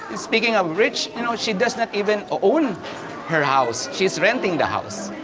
speaking of rich, and she does not even own her house. she is renting the house.